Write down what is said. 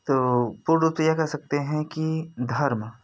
तो तो यह कर सकते हैं कि धर्म